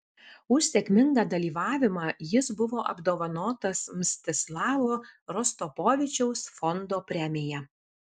už sėkmingą dalyvavimą jis buvo apdovanotas mstislavo rostropovičiaus fondo premija